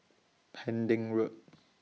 Pending Road